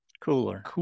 Cooler